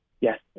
Yes